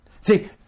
See